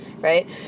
Right